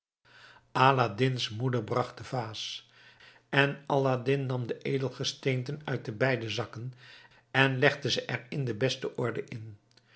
aladdin's moeder bracht de vaas en aladdin nam de edelgesteenten uit de beide zakken en legde ze er in de beste orde